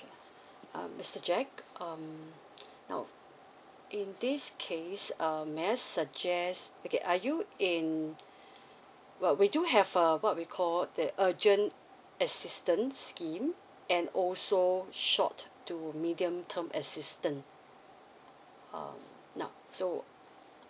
uh mister jack um now in this case um may I suggest okay are you in what we do have uh what we call the urgent assistance scheme and also short to medium term assistance um now so